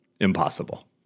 impossible